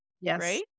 yes